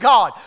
God